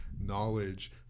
knowledge